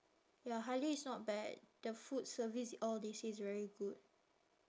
ya Halia is not bad the food service all they say is very good